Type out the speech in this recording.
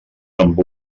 amb